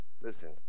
listen